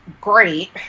great